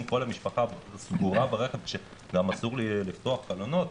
כל המשפחה סגורה ברכב כשגם אסור לפתוח חלונות?